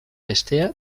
bestea